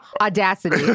Audacity